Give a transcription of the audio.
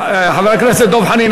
חבר הכנסת דב חנין,